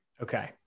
Okay